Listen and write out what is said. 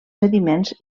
sediments